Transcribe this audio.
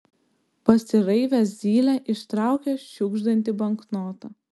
pasiraivęs zylė ištraukė šiugždantį banknotą